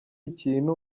ikintu